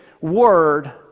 word